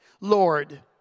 Lord